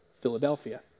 Philadelphia